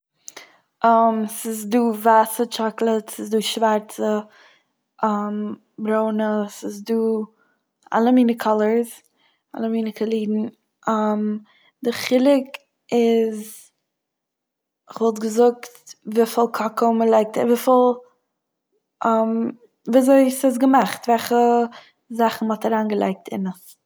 ס'איז דא ווייסע טשאקלעט, ס'איז דא שווארצע, ברוינע, ס'איז דא אלע מינע קאלערס- אלע מינע קאלירן, די חילוק איז כ'וואלט געזאגט וויפיל קאקאו מ'לייגט- וויפיל ווי אזוי ס'איז געמאכט, וועלכע זאכן מ'האט אריינגעלייגט דערין עס.